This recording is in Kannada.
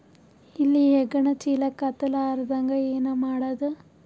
ಇಲಿ ಹೆಗ್ಗಣ ಚೀಲಕ್ಕ ಹತ್ತ ಲಾರದಂಗ ಏನ ಮಾಡದ?